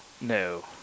No